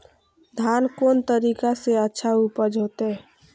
धान कोन तरीका से अच्छा उपज होते?